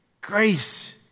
Grace